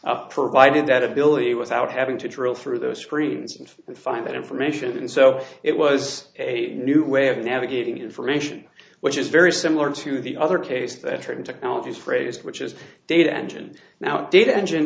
it provided that ability without having to drill through those screens and find that information and so it was a new way of navigating information which is very similar to the other case that triggered technologies phrased which is data engine now data engine